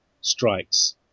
strikes